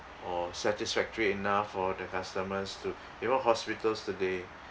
or satisfactory enough or the customers to you even hospitals today